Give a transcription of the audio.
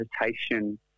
meditation